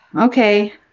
Okay